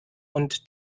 und